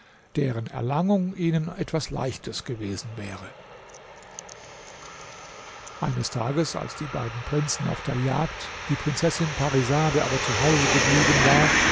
deren erlangung ihnen etwas leichtes gewesen wäre eines tages als die beiden prinzen auf der jagd die prinzessin parisade aber zu hause geblieben war